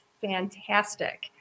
fantastic